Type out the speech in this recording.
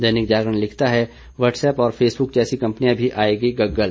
दैनिक जागरण लिखता है वटसऐप और फेसबुक जैसी कंपनियां भी आएगी गग्गल